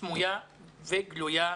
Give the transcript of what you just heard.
סמויה וגלויה,